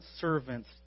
servants